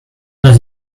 does